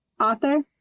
Author